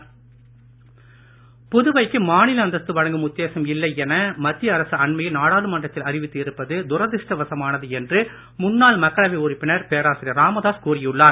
பேராசிரியர் ராமதாஸ் புதுவைக்கு மாநில அந்தஸ்து வழங்கும் உத்தேசம் இல்லை என மத்திய அரசு அண்மையில் நாடாளுமன்றத்தில் அறிவித்து இருப்பதுதுரதிருஷ்டவசமானது என்று முன்னாள் மக்களவை உறுப்பினர் பேராசிரியர் ராமதாஸ் கூறியுள்ளார்